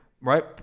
right